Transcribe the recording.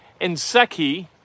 Inseki